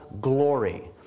glory